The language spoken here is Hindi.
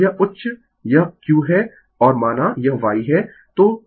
तो यह उच्च यह q है और माना यह y है